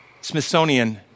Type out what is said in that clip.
Smithsonian